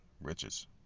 riches